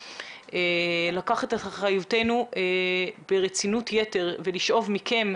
לקחת אחריות ברצינות יתר ולשאוב מכם,